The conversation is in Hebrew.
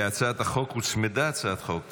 להצעת החוק הוצמדה הצעת חוק